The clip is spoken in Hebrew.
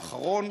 האחרון,